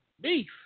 beef